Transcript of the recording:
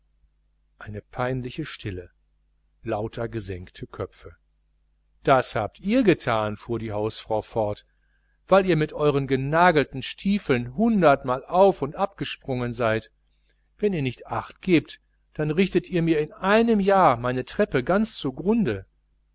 eine peinliche stille lauter gesenkte köpfe das habt ihr getan fuhr die hausfrau fort weil ihr mit euern genagelten stiefeln hundertmal auf und ab gesprungen seid wenn ihr nicht acht gebt dann richtet ihr mir in einem jahr meine treppe ganz zugrunde